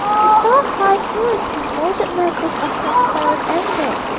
he saw high curiously moulded masses of transparent amber,